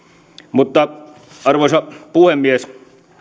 mutta arvoisa puhemies